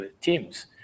teams